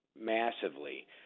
massively